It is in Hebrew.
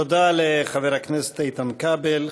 תודה לחבר הכנסת איתן כבל.